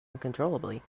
uncontrollably